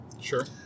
Sure